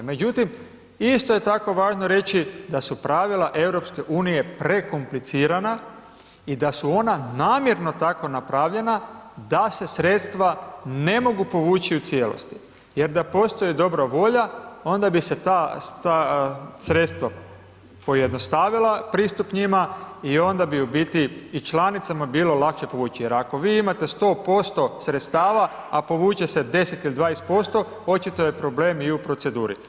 Međutim, isto je tako važno reći da su pravila EU prekomplicirana i da su ona namjerno tako napravljena da se sredstva ne mogu povući u cijelosti jer da postoji dobra volja onda bi se ta sredstva pojednostavila pristup njima i onda bi u biti i članicama bilo lakše povući ih, jer ako vi imate 100% sredstava, a povuče se 10 ili 20% očito je problem i u proceduri.